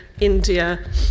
India